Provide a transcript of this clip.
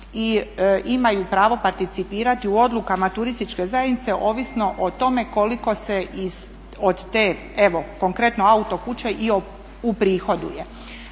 imaju pravo participirati u odlukama turističke zajednice ovisno o tome koliko se od te evo konkretno autokuće i uprihoduje.